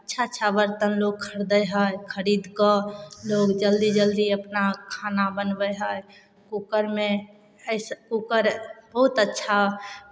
अच्छा अच्छा बरतन लोक खरीदै हइ खरीद कऽ लोक जल्दी जल्दी अपना खाना बनबै हइ कूकरमे अइसे कूकर बहुत अच्छा